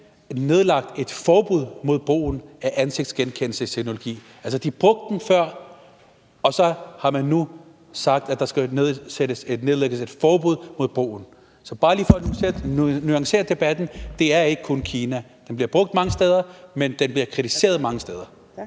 nedlagt et forbud mod brugen af ansigtsgenkendelsesteknologi. Altså, de brugte den før, og så har man nu sagt, at der skal nedlægges et forbud mod brugen. Så bare lige for at nuancere debatten: Det er ikke kun Kina. Den bliver brugt mange steder, men den bliver kritiseret mange steder.